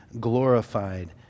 glorified